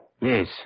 Yes